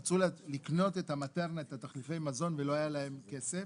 רצו לקנות מטרנה ותחליפי מזון, ולא היה להן כסף.